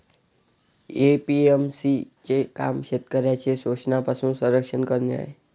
APMC चे काम शेतकऱ्यांचे शोषणापासून संरक्षण करणे आहे